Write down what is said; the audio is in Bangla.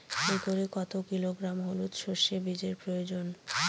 একরে কত কিলোগ্রাম হলুদ সরষে বীজের প্রয়োজন?